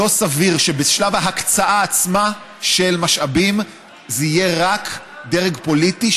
לא סביר שבשלב ההקצאה עצמה של משאבים זה יהיה רק דרג פוליטי,